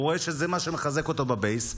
הוא רואה שזה מה שמחזק אותו בבייס,